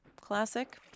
Classic